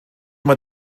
mae